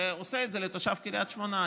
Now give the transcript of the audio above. ועושה את זה לתושב קריית שמונה.